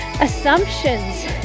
assumptions